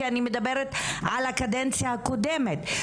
כי אני מדברת על הקדנציה הקודמת.